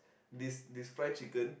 this this fried chicken